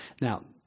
Now